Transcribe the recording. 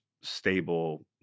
stable